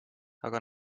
aga